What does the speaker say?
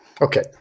Okay